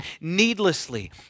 needlessly